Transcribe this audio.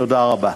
תודה רבה.